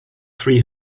three